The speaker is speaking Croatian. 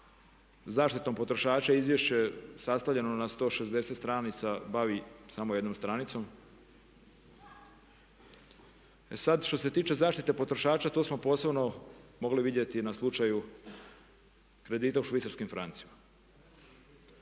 zaštitom potrošača, izvješće sastavljeno na 160 stranica bavi samo jednom stranicom. E sad što se tiče zaštite potrošača tu smo posebno mogli vidjeti na slučaju kredita u švicarskim francima.